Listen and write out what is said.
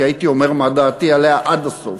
כי הייתי אומר מה דעתי עליה עד הסוף.